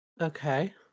Okay